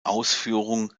ausführung